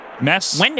Mess